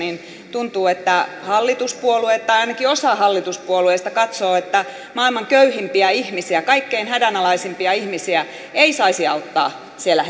tuntuu että hallituspuolueet katsovat tai ainakin osa hallituspuolueista katsoo että maailman köyhimpiä ihmisiä kaikkein hädänalaisimpia ihmisiä ei saisi auttaa siellä